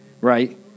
right